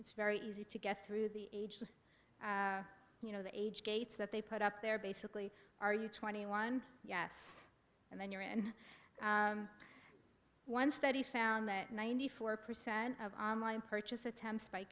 it's very easy to get through the ages you know the age gates that they put up there basically are you twenty one yes and then you're in one study found that ninety four percent of online purchase attemp